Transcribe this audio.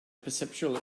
perceptual